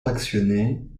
fractionnée